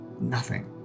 Nothing